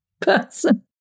person